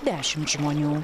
dešimt žmonių